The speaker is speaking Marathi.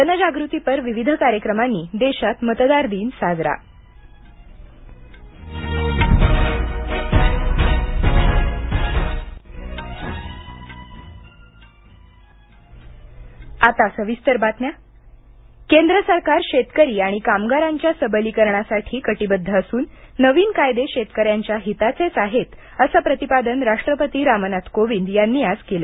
जनजागृतीपर विविध कार्यक्रमांनी देशात मतदार दिन साजरा राष्ट्पती भाषण केंद्र सरकार शेतकरी आणि कामगारांच्या सबलीकरणासाठी कटिबद्ध असून नवीन कायदे शेतकऱ्यांच्या हिताचेच आहेत असे प्रतिपादन राष्ट्रपती रामनाथ कोविंद यांनी आज केले